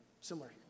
Similar